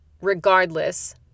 Regardless